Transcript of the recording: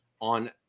on